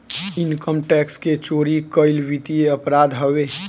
income tax के चोरी कईल वित्तीय अपराध हवे